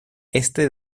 este